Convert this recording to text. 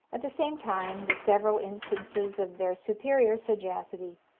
at the same time, the several instances of their superior sagacity,